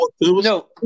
no